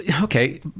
Okay